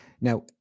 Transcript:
Now